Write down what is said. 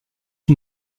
est